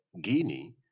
Guinea